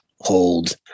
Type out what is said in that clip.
hold